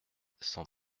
cent